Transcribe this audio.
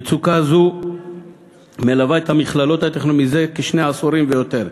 מצוקה זו מלווה את המכללות הטכנולוגיות זה שני עשורים ויותר.